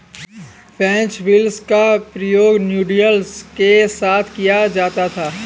French beans का प्रयोग noodles के साथ किया जाता है